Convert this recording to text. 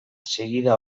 segida